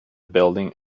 building